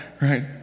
right